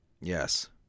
Yes